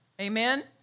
Amen